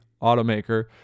automaker